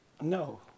No